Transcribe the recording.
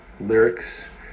lyrics